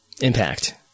impact